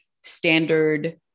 standard